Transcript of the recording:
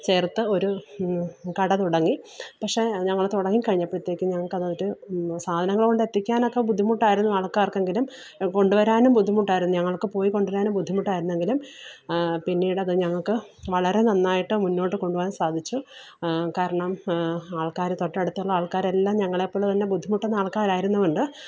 ചേര്ത്ത് ഒരു കട തുടങ്ങി പഷേ ഞങ്ങൾ തുടങ്ങിക്കഴിഞ്ഞപ്പോഴത്തേക്കും ഞങ്ങൾക്കതൊരു സാധനങ്ങൾ കൊണ്ടെത്തിക്കാനൊക്കെ ബുദ്ധിമുട്ടായിരുന്നു ആള്ക്കാര്ക്കെങ്കിലും കൊണ്ടുവരാനും ബുദ്ധിമുട്ടായിരുന്നു ഞങ്ങള്ക്ക് പോയി കൊണ്ടുവരാനും ബുദ്ധിമുട്ടായിരുന്നെങ്കിലും പിന്നീടത് ഞങ്ങൾക്ക് വളരെ നന്നായിട്ട് മുന്നോട്ട് കൊണ്ടുപോവാന് സാധിച്ചു കാരണം ആള്ക്കാർ തൊട്ടടുത്തുള്ള ആള്ക്കാരെല്ലാം ഞങ്ങളെപ്പോലെ തന്നെ ബുദ്ധിമുട്ടുന്ന ആള്ക്കാരായിരുന്നതുകൊണ്ട്